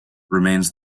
remains